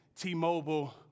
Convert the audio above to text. T-Mobile